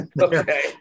Okay